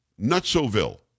Nutsoville